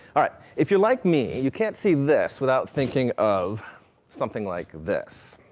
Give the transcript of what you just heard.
alright, if you're like me, you can't see this without thinking of something like this.